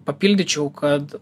papildyčiau kad